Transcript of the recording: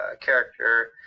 character